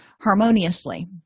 harmoniously